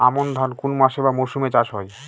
আমন ধান কোন মাসে বা মরশুমে চাষ হয়?